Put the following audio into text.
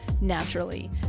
naturally